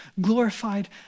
glorified